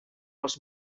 els